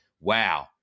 wow